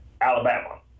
Alabama